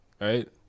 right